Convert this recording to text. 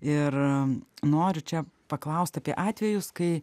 ir noriu čia paklaust apie atvejus kai